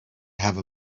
have